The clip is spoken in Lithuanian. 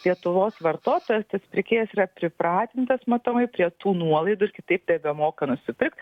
lietuvos vartotojas tas pirkėjas yra pripratintas matomai prie tų nuolaidų ir kitaip nebemoka nusipirkt